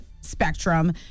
spectrum